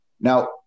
Now